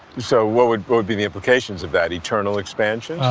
so what would would be the implications of that? eternal expansions?